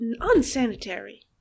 unsanitary